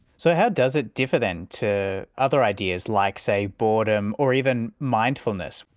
so how does it differ, then, to other ideas like, say, boredom or even mindfulness?